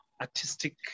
artistic